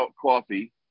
coffee